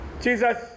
Jesus